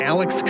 Alex